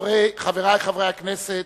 חברי חברי הכנסת,